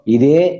Ide